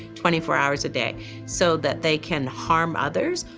twenty four hours a day so that they can harm others.